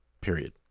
Period